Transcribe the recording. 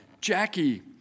Jackie